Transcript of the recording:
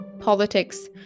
politics